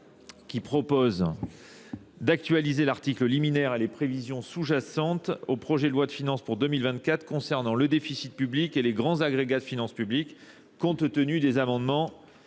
qui propose d'actualiser l'article liminaire à les prévisions sous-jacentes au projet de loi de finances pour 2024 concernant le déficit public et les grands agrégats de finances publiques compte tenu des amendements